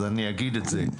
אז אני אגיד את זה.